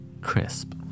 crisp